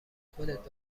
خودت